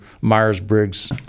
Myers-Briggs